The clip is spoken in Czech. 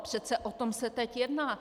Přece o tom se teď jedná.